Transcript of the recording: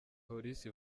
polisi